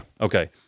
Okay